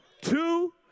two